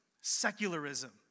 Secularism